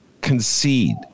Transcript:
concede